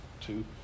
Two